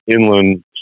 inland